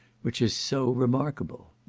which is so remarkable.